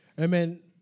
Amen